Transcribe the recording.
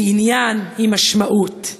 היא עניין, היא משמעות.